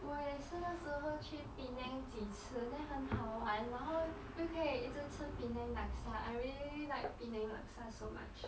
我也是那时候去 penang 几次 then 很好玩然后又可以一直吃 penang laksa I really like penang laksa so much